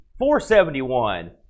471